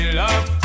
love